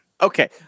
Okay